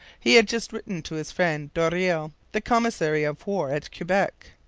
he had just written to his friend doreil, the commissary of war at quebec